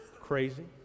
crazy